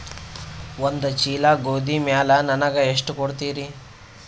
ಒಂದ ಚೀಲ ಗೋಧಿ ಮ್ಯಾಲ ನನಗ ಎಷ್ಟ ಕೊಡತೀರಿ?